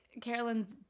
Carolyn's